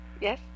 Yes